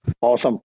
Awesome